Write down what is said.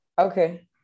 Okay